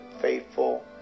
faithful